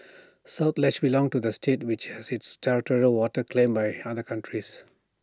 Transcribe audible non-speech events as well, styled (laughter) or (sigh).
(noise) south ledge belonged to the state which has its territorial waters claimed by other countries